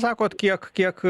sakot kiek kiek